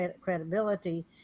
credibility